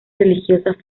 religiosas